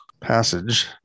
passage